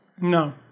No